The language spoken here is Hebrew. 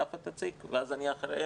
יפה תציג ואז אני אחריהם